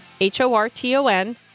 h-o-r-t-o-n